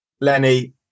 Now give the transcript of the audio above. Lenny